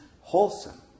wholesome